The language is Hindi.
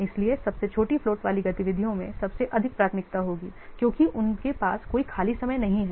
इसलिए सबसे छोटी फ्लोट वाली गतिविधियों में सबसे अधिक प्राथमिकता होगी क्योंकि उनके पास कोई खाली समय नहीं है